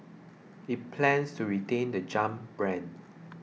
it plans to retain the Jump brand